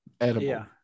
Edible